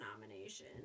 nomination